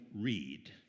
read